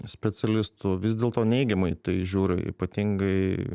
specialistų vis dėlto neigiamai į tai žiūri ypatingai